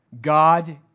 God